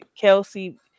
Kelsey